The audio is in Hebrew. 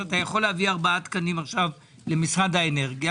שאתה יכול להביא ארבעה תקנים עכשיו למשרד האנרגיה?